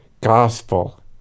gospel